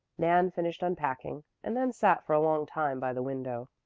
nan finished unpacking, and then sat for a long time by the window.